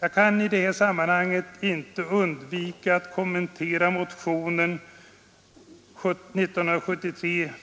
Jag kan i dessa sammanhang inte underlåta att kommentera motionen